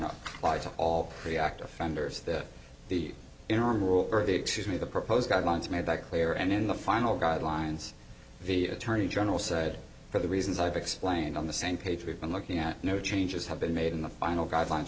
clarita all react offenders the the interim rule early excuse me the proposed guidelines made that clear and in the final guidelines the attorney general said for the reasons i've explained on the same page we've been looking at no changes have been made in the final guidelines